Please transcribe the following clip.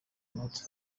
not